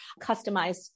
customized